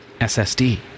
SSD